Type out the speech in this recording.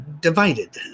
divided